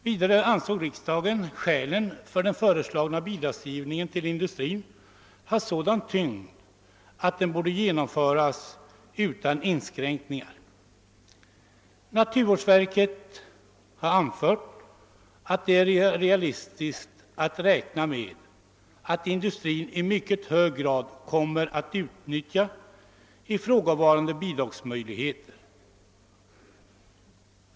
Vidare ansåg riksdagen skälen för den föreslagna bidragsgivningen till industrin ha sådan tyngd att den borde genomföras utan inskränkningar. Naturvårdsverket har anfört att det är realistiskt att räkna med att industrin i mycket hög grad kommer att utnyttja ifrågavarande bidragsmöjligheter. Herr talman!